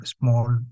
small